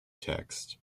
text